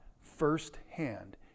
firsthand